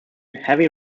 heavy